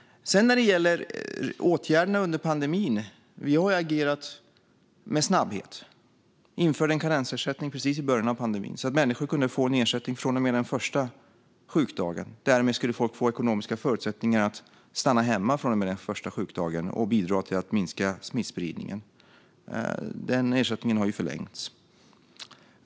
När det gäller åtgärderna under pandemin har vi agerat med snabbhet och införde en karensersättning precis i början av pandemin, så att människor kunde få en ersättning från och med den första sjukdagen. Därmed skulle folk få ekonomiska förutsättningar att stanna hemma från och med den första sjukdagen och bidra till att minska smittspridningen. Den ersättningen har förlängts.